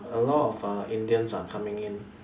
a lot of uh Indians are coming in